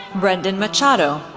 brendon machado,